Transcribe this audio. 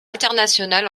international